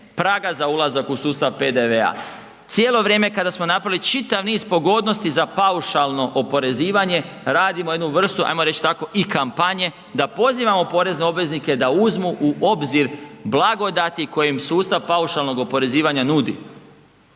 praga za ulazak u sustav PDV-a, cijelo vrijeme kada smo napravili čitav niz pogodnosti za paušalno oporezivanje, radimo jednu vrstu, hajmo reći tako i kampanje, da pozivamo porezne obveznike da uzmu u obzir blagodati koji im sustav paušalnog oporezivanja nudi.